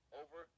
over